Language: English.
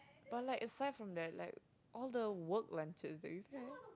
but like aside from that like all the work went to do you care